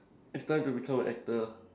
it's time to become an actor